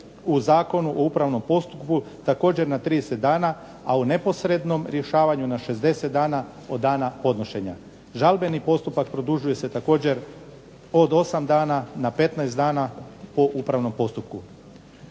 u Zakonu o upravnom postupku također na 30 dana, a u neposrednom rješavanju na 60 dana od dana podnošenja. Žalbeni postupak produžuje se također od 8 dana na 15 dana po upravnom postupku.